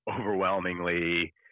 overwhelmingly